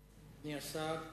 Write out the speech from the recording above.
אדוני השר אהרונוביץ,